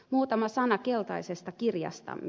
muutama sana keltaisesta kirjastamme